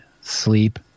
sleep